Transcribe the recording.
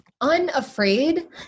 unafraid